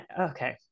Okay